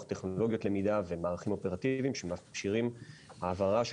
טכנולוגיית למידה ומערכים אופרטיביים שמאפשרים העברה של